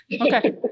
Okay